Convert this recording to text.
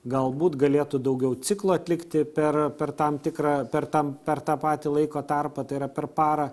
galbūt galėtų daugiau ciklą atlikti per per tam tikrą per tam per tą patį laiko tarpą tai yra per parą